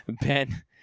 Ben